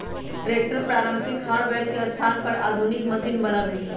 tractor पारम्परिक हर बैल के स्थान पर आधुनिक मशिन बनल हई